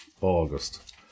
August